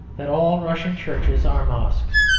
that all russian churches are mosques.